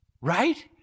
Right